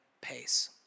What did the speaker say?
pace